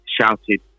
Shouted